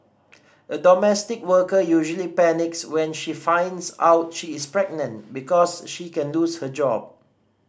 a domestic worker usually panics when she finds out she is pregnant because she can lose her job